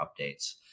updates